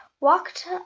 walked